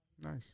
Nice